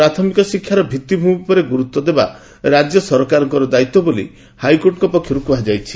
ପ୍ରାଥମିକ ଶିକ୍ଷାର ଭିଭିମି ଉପରେ ଗୁରୁତ୍ଦେବା ରାଜ୍ୟ ସରକାରଙ୍କର ଦାୟିତ୍ୱ ବୋଲି ହାଇକୋର୍ଟଙ୍କ ପକ୍ଷର୍ କୁହାଯାଇଛି